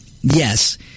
yes